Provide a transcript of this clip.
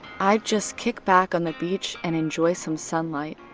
i'd just kick back on the beach and enjoy some sunlight.